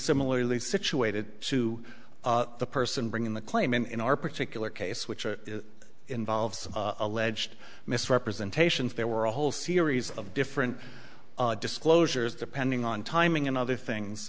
similarly situated to the person bringing the claim in our particular case which involves alleged misrepresentations there were a whole series of different disclosures depending on timing and other things